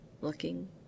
looking